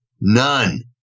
None